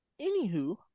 anywho